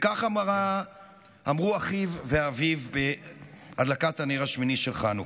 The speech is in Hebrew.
וכך אמרו אחיו ואביו בהדלקת נר שמיני של חנוכה: